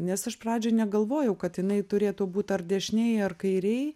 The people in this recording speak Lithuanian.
nes aš pradžioj negalvojau kad jinai turėtų būt ar dešinėj ar kairėj